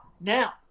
now